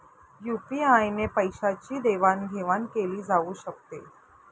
UPI ने पैशांची देवाणघेवाण केली जाऊ शकते